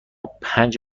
پنج